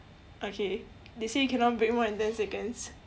okay they say you cannot break more than ten seconds